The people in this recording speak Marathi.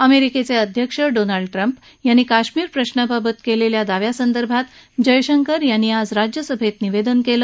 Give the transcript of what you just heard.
अमेरिकेचे अध्यक्ष डोनाल्ड ट्रम्प यातीी कश्मिर प्रशाबाबत केलेल्या दाव्यासह्रक्षीत जयशक्रि यातीी आज राज्यसभेत निवेदन केल